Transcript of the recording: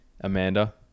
Amanda